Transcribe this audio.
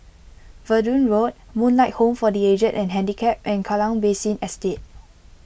Verdun Road Moonlight Home for the Aged and Handicapped and Kallang Basin Estate